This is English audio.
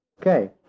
Okay